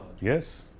Yes